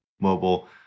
mobile